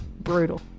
Brutal